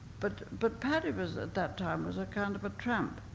but but paddy was, at that time, was a kind of a tramp.